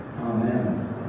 Amen